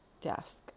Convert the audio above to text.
desk